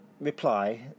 reply